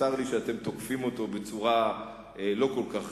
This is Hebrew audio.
וצר לי שאתם תוקפים אותו בצורה לא כל כך